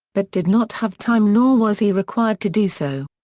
but did not have time nor was he required to do so.